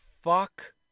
fuck